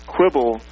Quibble